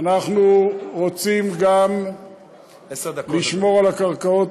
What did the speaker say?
אנחנו רוצים גם לשמור על הקרקעות,